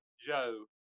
Joe